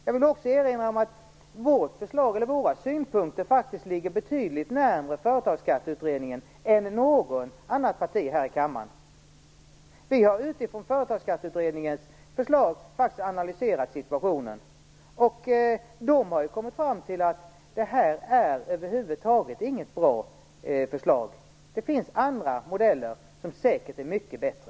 Jag vill också erinra om att våra synpunkter faktiskt ligger betydligt närmre Företagsskatteutredningen än förslagen från något annat parti här i kammaren. Vi har analyserat situationen utifrån Företagsskatteutredningens förslag. Den utredningen har kommit fram till att det här över huvud taget inte är något bra förslag. Det finns andra modeller, som säkert är mycket bättre.